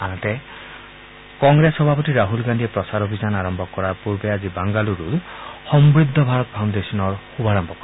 আনহাতে কংগ্ৰেছ সভাপতি ৰাহুল গান্ধীয়ে প্ৰচাৰ অভিযান আৰম্ভ কৰাৰ পূৰ্বে আজি বাংগালুৰুত সমৃদ্ধ ভাৰত ফাউণ্ডেশ্যনৰ শুভাৰম্ভ কৰিব